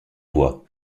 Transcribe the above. vois